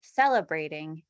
celebrating